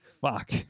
Fuck